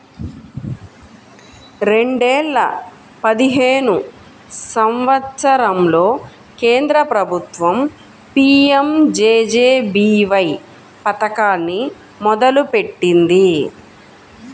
రెండేల పదిహేను సంవత్సరంలో కేంద్ర ప్రభుత్వం పీయంజేజేబీవై పథకాన్ని మొదలుపెట్టింది